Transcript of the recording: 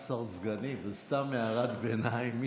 13 סגנים, זו סתם הערת ביניים.